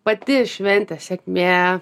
pati šventės sėkmė